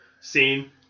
Scene